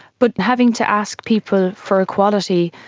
but having to ask people for equality,